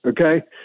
okay